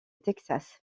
texas